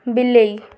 ବିଲେଇ